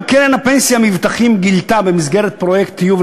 גם קרן הפנסיה "מבטחים" גילתה במסגרת פרויקט טיוב